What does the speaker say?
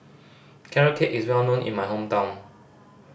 Carrot Cake is well known in my hometown